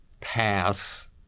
pass